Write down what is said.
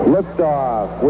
Liftoff